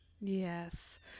Yes